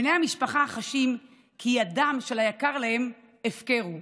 בני המשפחה חשים כי הדם של היקר להם הפקר הוא.